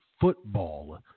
football